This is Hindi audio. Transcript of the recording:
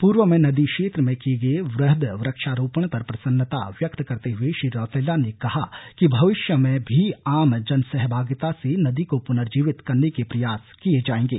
पूर्व में नदी क्षेत्र में किए गए वुहद वुक्षारोपण पर प्रसन्नता व्यक्त करते हुए श्री रौतेला ने कहा कि भविष्य में भी आम जनसहभागिता से नदी को पुनर्जीवित करने के प्रयास किए जाएगे